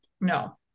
no